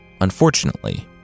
unfortunately